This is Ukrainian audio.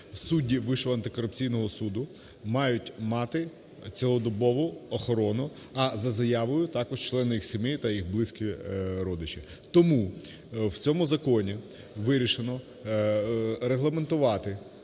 судді Вищого антикорупційного суду мають мати цілодобову охорону, а за заявою – також члени їх сімей та їх близькі родичі. Тому в цьому законі вирішено регламентувати